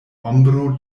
ombro